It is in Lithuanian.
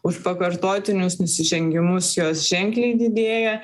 už pakartotinius nusižengimus jos ženkliai didėja